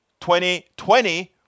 2020